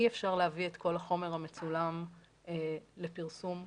אי אפשר להביא את כל החומר המצולם לפרסום כולל,